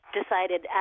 decided